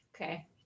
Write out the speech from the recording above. okay